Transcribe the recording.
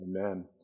Amen